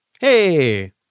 Hey